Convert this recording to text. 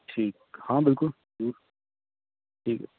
ਠੀਕ ਹਾਂ ਬਿਲਕੁਲ ਠੀਕ ਹੈ